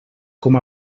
com